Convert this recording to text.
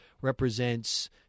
represents